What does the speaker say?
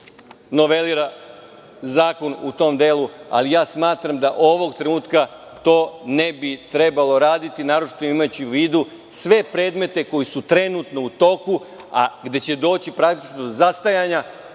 novelira zakon u tom delu, ali smatram da ovog trenutka to ne bi trebalo raditi, naročito imajući u vidu sve predmete koji su trenutno u toku, a gde će doći, praktično, do zastajanja